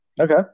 Okay